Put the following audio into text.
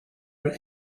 are